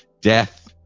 Death